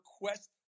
request